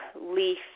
leaf